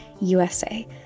USA